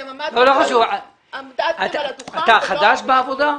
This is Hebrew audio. אתה חדש בעבודה?